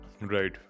Right